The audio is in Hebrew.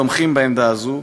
תומכים בעמדה הזאת,